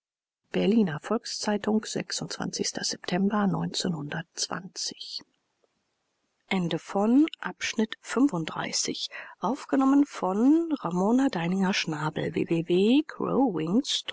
berliner volks-zeitung s september